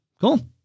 Cool